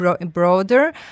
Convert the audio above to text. broader